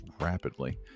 rapidly